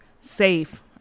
safe